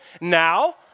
now